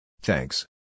Thanks